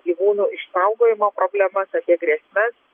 gyvūnų išsaugojimo problemas apie grėsmes